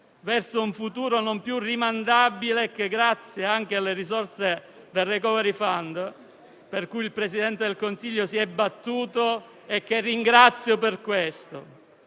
verso un futuro non più rimandabile, grazie anche alle risorse del *recovery fund* per cui il Presidente del Consiglio si è battuto e che ringrazio per questo.